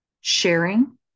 Sharing